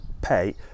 pay